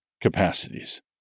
capacities